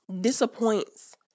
disappoints